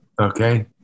okay